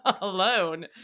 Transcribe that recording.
alone